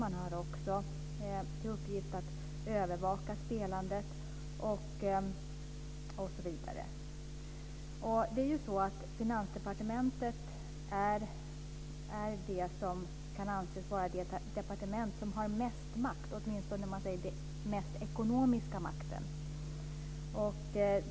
Den har också till uppgift att övervaka spelandet osv. Finansdepartementet är ju det departement som kan anses ha mest makt, åtminstone i ekonomiska frågor.